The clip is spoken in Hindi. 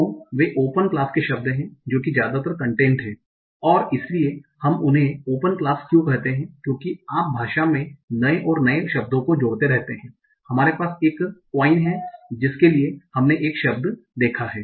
तो वे ओपन क्लास के शब्द हैं जो कि ज्यादातर कन्टेन्ट हैं और इसलिए हम उन्हें ओपन क्लास क्यों कहते हैं क्योंकि आप भाषा में नए और नए शब्दों को जोड़ते रहते हैं हमारे पास एक क्वाइन है जिसके लिए हमने एक शब्द देखा है